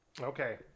okay